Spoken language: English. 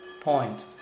point